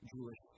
Jewish